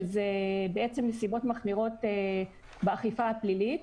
שזה נסיבות מחמירות באכיפה הפלילית,